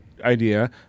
idea